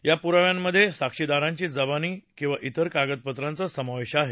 या पुराव्यांमध्ये साक्षीदारांची जबानी किंवा इतर कागदपत्रांचा समावेश आहे